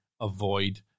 avoid